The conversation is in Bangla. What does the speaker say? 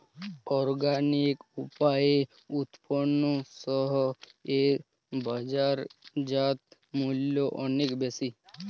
অর্গানিক উপায়ে উৎপন্ন শস্য এর বাজারজাত মূল্য অনেক বেশি